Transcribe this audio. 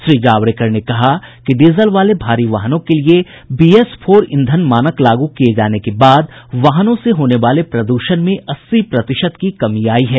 श्री जावड़ेकर ने कहा कि डीजल वाले भारी वाहनों के लिए बी एस फोर ईंधन मानक लागू किए जाने के बाद वाहनों से होने वाले प्रद्षण में अस्सी प्रतिशत की कमी आई है